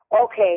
Okay